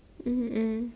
mm mm